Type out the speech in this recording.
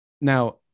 Now